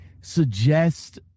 suggest